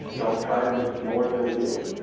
don't try to make it more than it is,